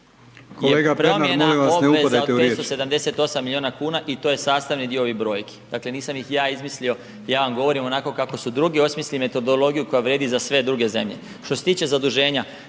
Kolega Pernar molim vas ne upadajte u riječ./…